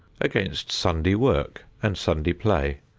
against sunday work and sunday play,